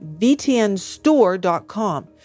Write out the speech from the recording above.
vtnstore.com